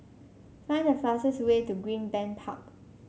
find the fastest way to Greenbank Park